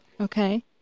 Okay